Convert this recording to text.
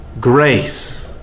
grace